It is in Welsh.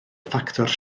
ffactor